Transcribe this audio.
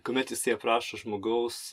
kuomet jisai aprašo žmogaus